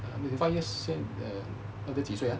twenty five years 到时候几岁 ah